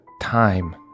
time